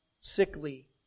sickly